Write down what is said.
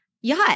Yacht